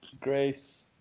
Grace